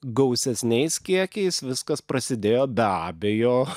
gausesniais kiekiais viskas prasidėjo be abejo